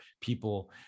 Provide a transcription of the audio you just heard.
people